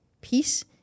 peace